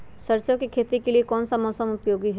सरसो की खेती के लिए कौन सा मौसम उपयोगी है?